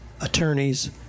attorneys